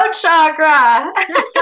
chakra